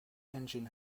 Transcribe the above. engine